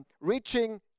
reaching